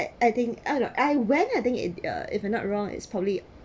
I I think I don't know I when I think it uh if I'm not wrong it's probably